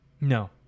No